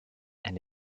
and